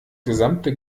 gesamte